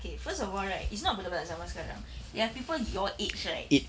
okay first of all right it's not budak-budak zaman sekarang there are people your age right